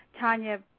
Tanya